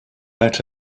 out